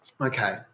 Okay